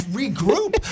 regroup